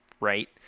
right